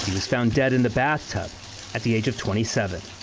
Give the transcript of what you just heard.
was found dead in the bathtub at the age of twenty seven.